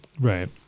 Right